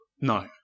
No